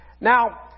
Now